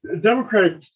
democratic